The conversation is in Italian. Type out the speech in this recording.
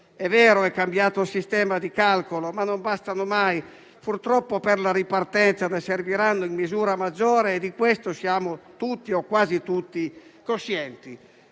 È vero che è cambiato il sistema di calcolo, ma questi contributi non bastano mai. Purtroppo, per la ripartenza serviranno in misura maggiore: di questo siamo tutti o quasi tutti coscienti.